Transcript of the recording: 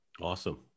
Awesome